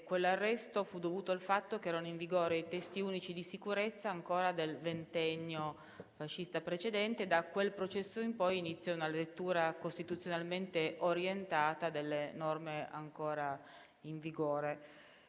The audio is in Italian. quell'arresto fu dovuto al fatto che erano in vigore i testi unici di sicurezza del ventennio fascista precedente. Da quel processo in poi inizia una lettura costituzionalmente orientata delle norme ancora in vigore